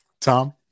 Tom